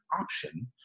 option